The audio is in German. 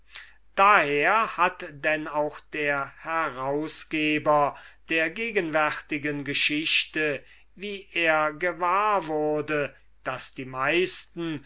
daher hat auch der herausgeber der gegenwärtigen geschichte wie er gewahr wurde daß die meisten